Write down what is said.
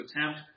attempt